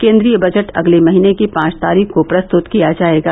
केन्द्रीय बजेट अगले महीने की पांच तारीख को प्रस्तुत किया जाएगा